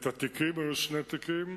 את התיקים, היו שני תיקים,